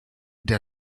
der